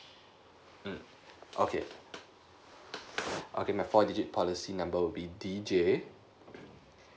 hmm okay okay my four digit policy number would be D J